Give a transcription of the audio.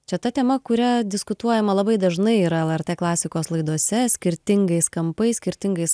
čia ta tema kuria diskutuojama labai dažnai yra lrt klasikos laidose skirtingais kampais skirtingais